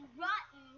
rotten